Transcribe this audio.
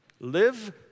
Live